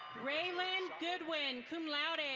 rayland goodwin, cum laude.